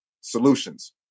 solutions